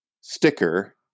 sticker